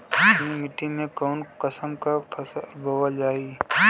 चिकनी मिट्टी में कऊन कसमक फसल बोवल जाई?